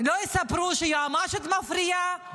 שהיועמ"שית מפריעה,